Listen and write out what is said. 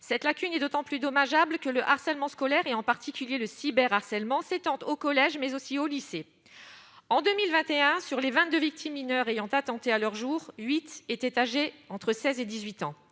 cette lacune est d'autant plus dommageable que le harcèlement scolaire et en particulier le cyber harcèlement s'étendent au collège mais aussi au lycée en 2021 sur les 22 victimes mineures ayant attenté à leurs jours, 8 étaient âgés entre 16 et 18 ans,